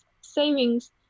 savings